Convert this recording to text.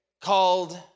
called